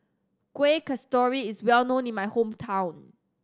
Kuih Kasturi is well known in my hometown